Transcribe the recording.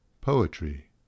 Poetry